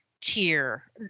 tier